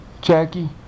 Jackie